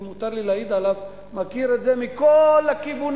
אם מותר לי להעיד עליו, מכיר את זה מכל הכיוונים.